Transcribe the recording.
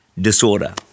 disorder